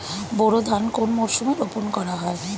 বোরো ধান কোন মরশুমে রোপণ করা হয়?